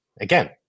Again